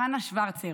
חנה שוורצר,